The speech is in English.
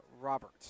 Robert